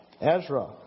Ezra